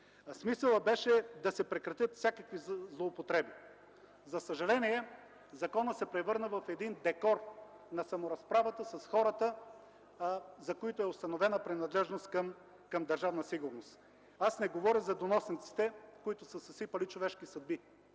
Смисълът беше да се прекратят всякакви злоупотреби. За съжаление законът се превърна в един декор на саморазправата с хората, за които е установена принадлежност към Държавна сигурност. Не говоря за доносниците, които са съсипали човешки съдби.